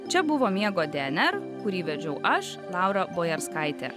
čia buvo miego dnr kurį vedžiau aš laura bojerskaitė